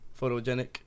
photogenic